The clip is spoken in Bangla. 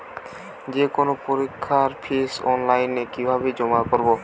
যে কোনো পরীক্ষার ফিস অনলাইনে কিভাবে জমা করব?